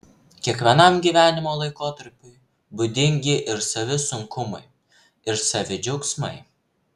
kiekvienam gyvenimo laikotarpiui būdingi ir savi sunkumai ir savi džiaugsmai